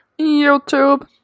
YouTube